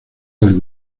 del